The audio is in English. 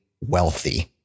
wealthy